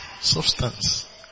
Substance